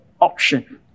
option